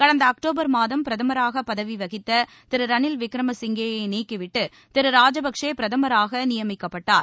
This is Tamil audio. கடந்த அக்டோபர் மாதம் பிரதமராக பதவி வகித்த திரு ரணில் விக்ரம் சிங்கேயை நீக்கிவிட்டு திரு ராஜபக்சே பிரமராக நியமிக்கப்பட்டார்